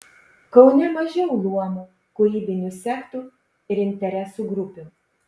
kaune mažiau luomų kūrybinių sektų ir interesų grupių